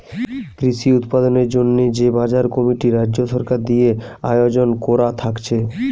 কৃষি উৎপাদনের জন্যে যে বাজার কমিটি রাজ্য সরকার দিয়ে আয়জন কোরা থাকছে